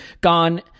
gone